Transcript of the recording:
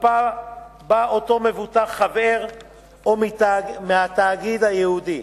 בקופה שבה הוא חבר או מהתאגיד הייעודי.